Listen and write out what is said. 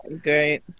Great